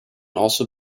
also